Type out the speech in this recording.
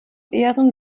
ehren